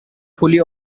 fully